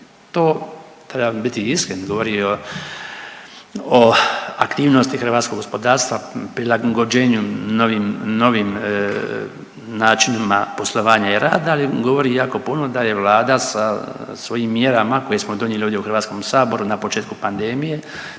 To treba biti iskren, govori o, o aktivnosti hrvatskog gospodarstva, prilagođenju novim, novim načinima poslovanja i rada, ali govori jako puno da je vlada sa svojim mjerama koje smo donijeli ovdje u HS na početku pandemije